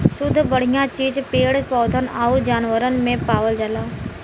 सुद्ध बढ़िया चीज पेड़ पौधन आउर जानवरन में पावल जाला